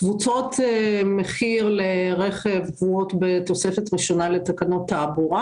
קבוצות מחיר לרכב קבועות בתוספת הראשונה לתקנות התעבורה